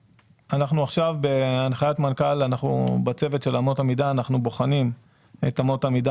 עכשיו בהנחיית מנכ"ל בצוות של אמות המידה אנחנו בוחנים את אמות המידה